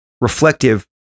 reflective